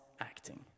acting